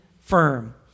firm